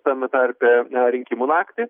tame tarpe rinkimų naktį